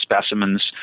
specimens